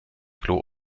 klo